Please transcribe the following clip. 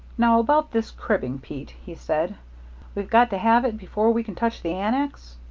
now, about this cribbing, pete, he said we've got to have it before we can touch the annex?